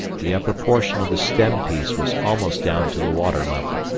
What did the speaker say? the upper portion of the stem piece was almost down to the water level,